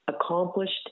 accomplished